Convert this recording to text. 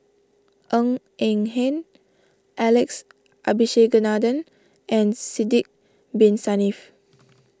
Ng Eng Hen Alex Abisheganaden and Sidek Bin Saniff